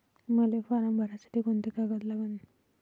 मले फारम भरासाठी कोंते कागद लागन?